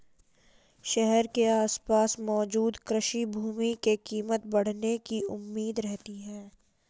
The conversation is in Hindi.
शहर के आसपास मौजूद कृषि भूमि की कीमत बढ़ने की उम्मीद रहती है